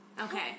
Okay